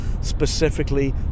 specifically